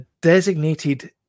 designated